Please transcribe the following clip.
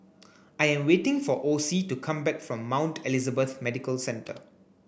I am waiting for Ocie to come back from Mount Elizabeth Medical Centre